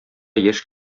яшь